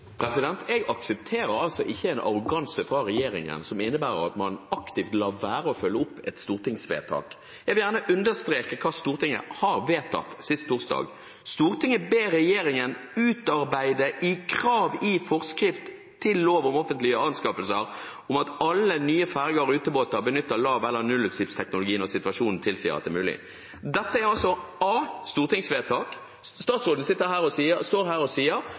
Jeg aksepterer ikke en arroganse fra regjeringen som innebærer at man aktivt lar være å følge opp et stortingsvedtak. Jeg vil gjerne understreke hva Stortinget vedtok sist torsdag: «Stortinget ber regjeringen utarbeide krav i forskrift til lov om offentlige anskaffelser om at alle nye ferger og rutebåter benytter lav- eller nullutslippsteknologi når situasjonen tilsier at det er mulig.» Dette er altså et stortingsvedtak. Statsråden står her og